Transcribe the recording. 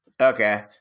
Okay